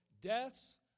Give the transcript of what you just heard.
deaths